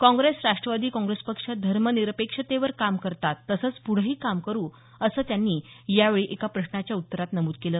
काँग्रेस राष्ट्रवादी काँग्रेस पक्ष धर्मनिरपेक्षतेवर काम करतात तसंच पुढंही काम करू असं त्यांनी यावेळी एका प्रश्नाच्या उत्तरात नमुद केलं